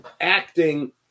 acting